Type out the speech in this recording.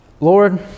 Lord